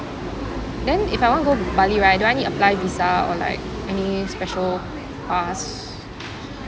then if I want to go bali right do I need apply visa or like any special pass